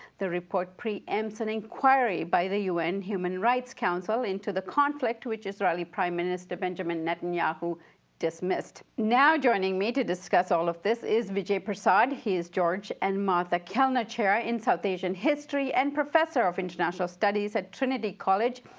the report preempts an inquiry by the un human rights council into the conflict, which israeli prime minister benjamin netanyahu dismissed. now joining me to discuss all of this is vijay prashad. he is the george and martha kellner chair ah in south asian history and professor of international studies at trinity college.